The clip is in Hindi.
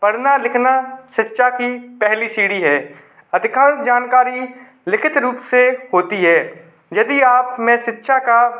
पढ़ना लिखना शिक्षा की पहली सीढ़ी है अधिकांश जानकारी लिखित रूप से होती है यदि आप में शिक्षा का